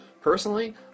personally